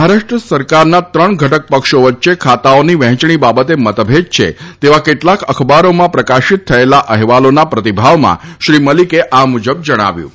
મહારાષ્ટ્રની સરકારના ત્રણ ઘટક પક્ષો વચ્ચે ખાતાઓની વહેંચણી બાબતે મતભેદ છે તેવા કેટલાક અખબારોમાં પ્રકાશિત થયેલા અહેવાલોના પ્રતિભાવમાં શ્રી મલિકે આ મુજબ જણાવ્યું હતું